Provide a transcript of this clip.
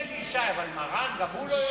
מילא אלי ישי, אבל מרן, גם הוא לא יודע?